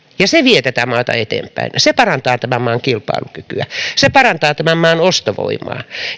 ja se vie tätä maata eteenpäin ja se parantaa tämän maan kilpailukykyä ja se parantaa tämän maan ostovoimaa